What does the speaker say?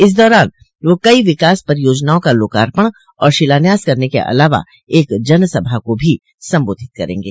इस दौरान वह कई विकास परियोजनाओं का लोकार्पण और शिलान्यास करने के अलावा एक जनसभा को भी संबोधित करेंगे